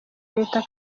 leta